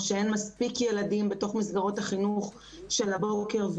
שאין מספיק ילדים בתוך מסגרות החינוך של הבוקר.